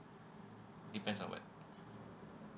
depends on what